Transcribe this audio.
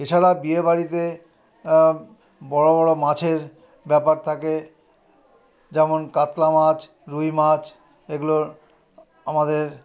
এছাড়া বিয়ে বাড়িতে বড় বড় মাছের ব্যাপার থাকে যেমন কাতলা মাছ রুই মাছ এগুলোর আমাদের